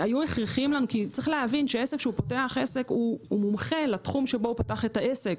עסק שפותח הוא מומחה לתחום שבו פתח את העסק.